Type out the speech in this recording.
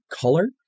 color